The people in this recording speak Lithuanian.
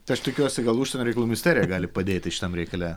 tai aš tikiuosi gal užsienio reikalų ministerija gali padėti šitam reikale